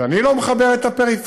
שאני לא מחבר את הפריפריה,